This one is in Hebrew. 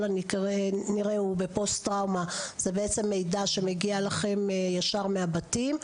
הנראה בפוסט טראומה זה בעצם מידע שמגיע אליכם ישר מהבתים?